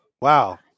wow